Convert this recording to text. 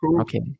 Okay